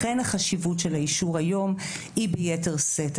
לכן החשיבות של האישור היום היא ביתר שאת.